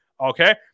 Okay